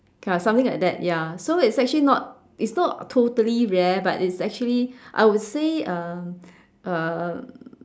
ya something like that ya so it's actually not it's not totally rare but it's actually I would say um um